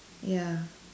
ya